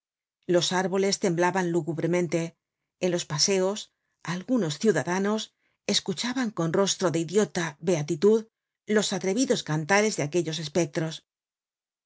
los árboles temblaban lúgubremente en los paseos algunos ciudadanos escuchaban con rostro de idiota beatitud los atrevidos cantares de aquellos espectros